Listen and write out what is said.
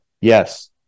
Yes